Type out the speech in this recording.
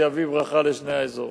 זה יביא ברכה לשני האזורים.